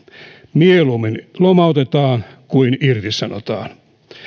mieluummin lomautetaan kuin irtisanotaan